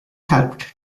helped